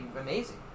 amazing